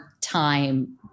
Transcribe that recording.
time